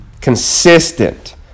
consistent